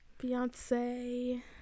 Beyonce